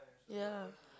ya